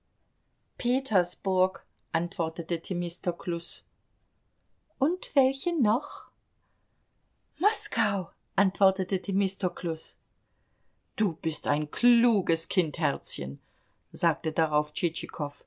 petersburg antwortete themistoklus und welche noch moskau antwortete themistoklus du bist ein kluges kind herzchen sagte darauf